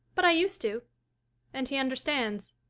but i used to and he understands.